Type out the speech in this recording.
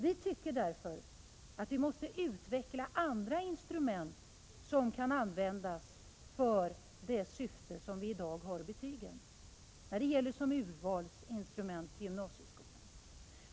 Vi tycker därför att vi måste utveckla andra instrument som kan användas för det syfte som vi i dag har betygen till, som urvalsinstrument till gymnasieskolan.